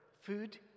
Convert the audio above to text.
food